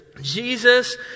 Jesus